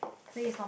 play is not